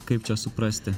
kaip čia suprasti